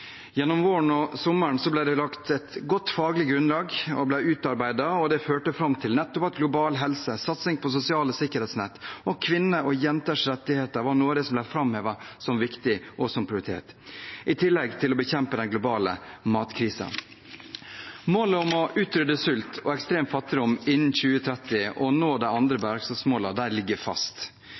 Gjennom våren og sommeren ble det utarbeidet og lagt et godt faglig grunnlag. Det førte til at global helse, satsing på sosiale sikkerhetsnett og kvinner og jenters rettigheter var noe av det som ble framhevet som viktig og som prioritert – i tillegg til å bekjempe den globale matkrisen. Målet om å utrydde sult og ekstrem fattigdom innen 2030 og å nå de andre bærekraftsmålene ligger fast.